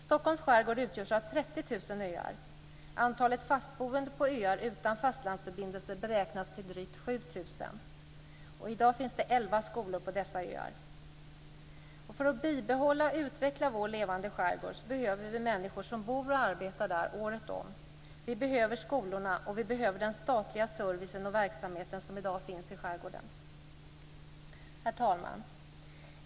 Stockholms skärgård utgörs av 30 000 öar. Antalet fastboende på öar utan fastlandsförbindelse beräknas till drygt 7 000. I dag finns det 11 skolor på dessa öar. För att bibehålla och utveckla vår levande skärgård behöver vi människor som bor och arbetar där året om. Vi behöver skolorna, och vi behöver den statliga servicen och verksamheten som i dag finns i skärgården. Herr talman!